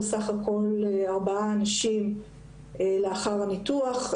בסך הכל ארבעה אנשים לאחר הניתוח.